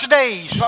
days